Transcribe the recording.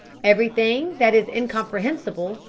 everything that is incomprehensible,